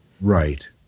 right